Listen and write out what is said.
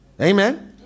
amen